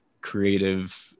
creative